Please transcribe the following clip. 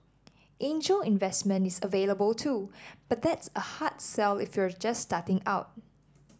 angel investment is available too but that's a hard sell if you're just starting out